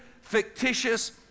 fictitious